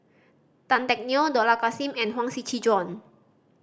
Tan Teck Neo Dollah Kassim and Huang Shiqi Joan